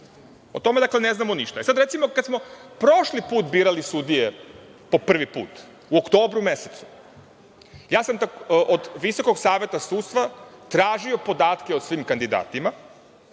O tome, dakle, ne znamo ništa. Kada smo prošli put birali sudije po prvi put, u oktobru mesecu, ja sam od Visokog saveta sudstva tražio podatke o svim kandidatima